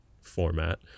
format